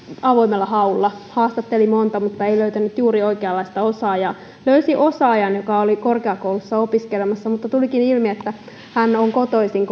avoimella haulla haastatteli monta mutta ei löytänyt juuri oikeanlaista osaajaa löysi osaajan joka oli korkeakoulussa opiskelemassa mutta tulikin ilmi että hän on kotoisin